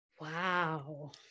Wow